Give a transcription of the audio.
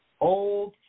Old